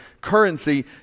Currency